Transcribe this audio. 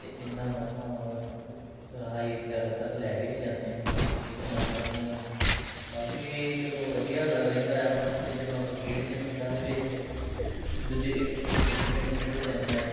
ਅਤੇ ਇਹਨਾਂ ਨੂੰ ਆਪਾਂ ਹਾਈਜ ਲੈਵਲ ਤੱਕ ਲੈ ਕੇ ਵੀ ਜਾਂਦੇ ਹਾਂ ਇਹਦੇ ਨਾਲ ਸਾਨੂੰ ਕਾਫ਼ੀ ਚਲੋ ਵਧੀਆ ਰਹਿੰਦਾ ਅਤੇ ਜਦੋਂ ਆਪਾਂ ਖੇਡਦੇ ਹਾਂ ਪਿੰਡਾਂ ਦੇ ਵਿੱਚ ਦੂਜੇ ਇੱਕ ਪਿੰਡ ਤੋਂ ਦੂਜੇ ਪਿੰਡ ਖੇਡਣ ਜਾਂਦੇ ਹਾਂ